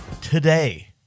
Today